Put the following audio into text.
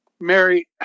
Mary